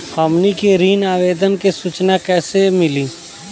हमनी के ऋण आवेदन के सूचना कैसे मिली?